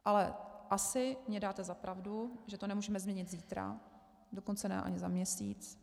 Ale asi mi dáte za pravdu, že to nemůžeme změnit zítra, dokonce ani ne za měsíc.